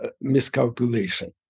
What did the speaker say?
miscalculation